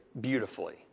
beautifully